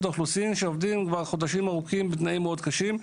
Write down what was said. האוכלוסין שעובדים כבר חודשים ארוכים בתנאים קשים מאוד,